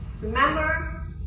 Remember